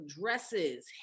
dresses